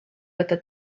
võtta